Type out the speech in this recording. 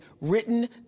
written